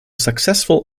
successful